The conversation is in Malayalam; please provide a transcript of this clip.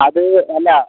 അത് അല്ല